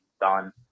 done